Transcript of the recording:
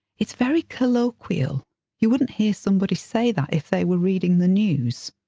it's very colloquial you wouldn't hear somebody say that if they were reading the news.